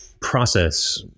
process